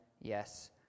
yes